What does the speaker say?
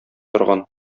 торган